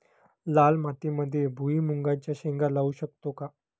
लाल मातीमध्ये भुईमुगाच्या शेंगा लावू शकतो का?